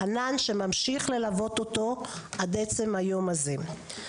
ענן שממשיך ללוות אותו עד עצם היום הזה."